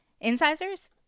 Incisors